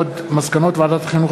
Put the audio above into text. מסקנות ועדת החינוך,